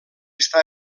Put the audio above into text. està